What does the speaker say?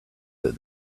that